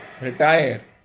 retire